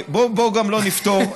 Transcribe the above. בוא לא נפטור,